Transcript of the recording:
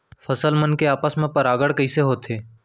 फसल मन के आपस मा परागण कइसे होथे?